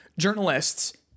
journalists